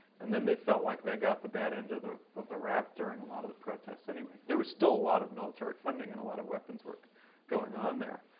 and then they felt like they got the bad end ah of the rap during a lot of the protests anyway. there was still a lot of military funding and a lot of weapons work going on there.